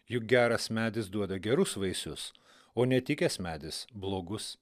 juk geras medis duoda gerus vaisius o netikęs medis blogus